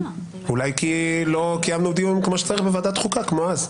אולי כי לא קיימנו דיון כמו שצריך בוועדת חוקה כמו אז.